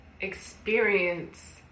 experience